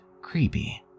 creepy